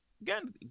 again